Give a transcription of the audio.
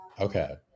Okay